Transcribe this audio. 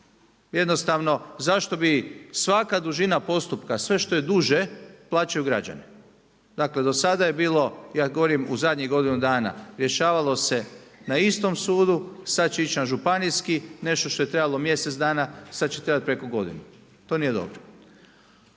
Jednostavno zašto bi svaka dužina postupka, sve što je duže plaćaju građani. Dakle, do sada je bilo ja govorim u zadnjih godinu dana, rješavalo se na istom sudu. Sad će ići na županijski nešto što je trajalo mjesec dana, sad će trajati preko godinu. To nije dobro.